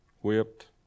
whipped